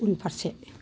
उनफारसे